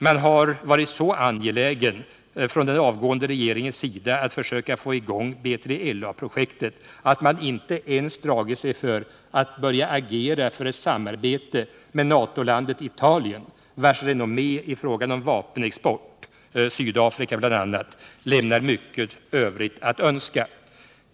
Man har varit så angelägen från den avgående regeringens sida att försöka få i gång B3LA-projektet att man inte ens dragit sig för att börja agera för ett samarbete med NATO-landet Italien, vars renommé i fråga om vapenexport, t.ex. till Sydafrika, lämnar mycket övrigt att önska.